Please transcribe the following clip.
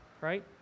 right